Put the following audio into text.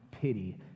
pity